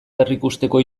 berrikusteko